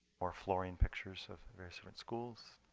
more flooring pictures of various different schools.